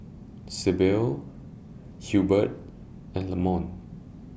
Sybil Hilbert and Lamont